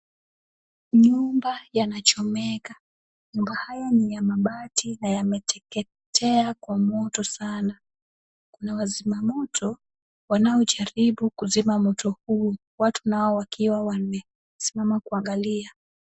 Nyumba yanachomeka, nyumba haya ni ya mabati na yameteketea kwa moto sana. Kuna wazimamoto wanaojaribu kuzima moto huo watu nao wakiwa wamesimama kuangalia.